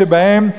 שבהן,